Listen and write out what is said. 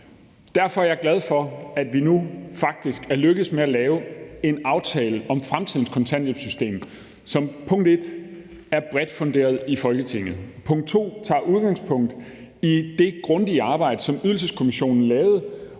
Derfor er jeg glad for, at vi nu faktisk er lykkedes med at lave en aftale om fremtidens kontanthjælpssystem, som punkt 1) er bredt funderet i Folketinget, punkt 2) tager udgangspunkt i det grundige arbejde, som Ydelseskommissionen lavede,